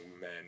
men